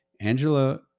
Angela